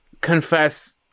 confess